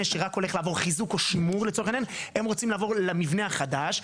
שרק הולך לעבור חיזוק או שימור הם רוצים לעבור למבנה החדש.